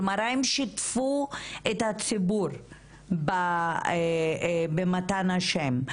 כלומר האם שיתפו את הציבור במתן השם?